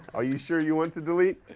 are you sure you want to delete?